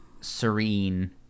serene